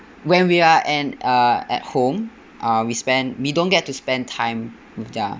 when we are and uh at home uh we spend we don't get to spend time with the